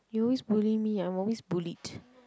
you always bully me I'm always bullied